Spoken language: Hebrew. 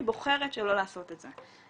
היא בוחרת שלא לעשות את זה.